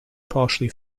partially